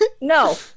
no